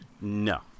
No